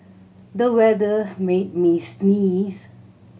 the weather made me sneeze